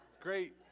Great